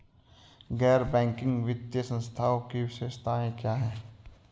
गैर बैंकिंग वित्तीय संस्थानों की विशेषताएं क्या हैं?